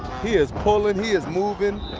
he is pulling. he is moving.